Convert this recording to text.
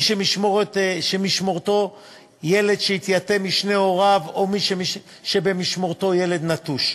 מי שבמשמורתו ילד שהתייתם משני הוריו או מי שבמשמורתו ילד נטוש,